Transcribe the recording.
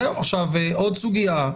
עוד סוגיה,